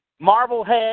Marblehead